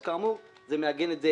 אז כאמור זה מעגן את זה